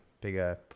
bigger